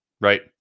Right